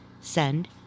send